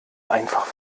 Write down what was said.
einfach